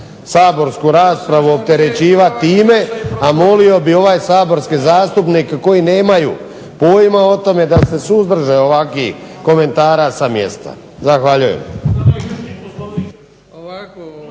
Zoran (HDSSB)** A molio bih saborske zastupnike koji nemaju pojma o tome da se suzdrže ovakvih komentara sa mjesta. Zahvaljujem.